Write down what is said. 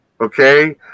okay